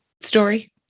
story